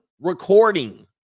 recording